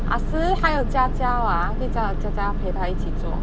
ah si 还有 jia jia [what] 他可以叫他的 jia jia 陪他一起做